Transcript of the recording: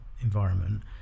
environment